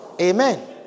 Amen